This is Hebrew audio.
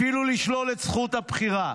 אפילו לשלול את זכות הבחירה.